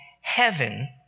Heaven